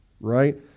right